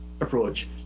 approach